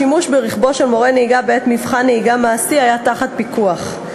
השימוש ברכבו של מורה נהיגה בעת מבחן נהיגה מעשי היה תחת פיקוח,